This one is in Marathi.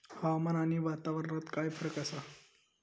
हवामान आणि वातावरणात काय फरक असा?